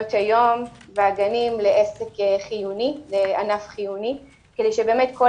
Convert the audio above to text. מעונות היום והגנים לענף חיוני כדי שלא